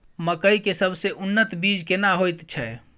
मकई के सबसे उन्नत बीज केना होयत छै?